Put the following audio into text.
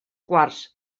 quarts